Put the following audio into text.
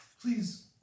Please